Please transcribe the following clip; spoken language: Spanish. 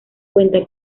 cuenta